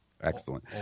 Excellent